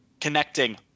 connecting